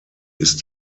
ist